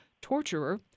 torturer